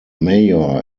mayor